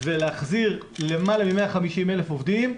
ולהחזיר למעלה מ-150,000 עובדים,